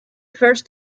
first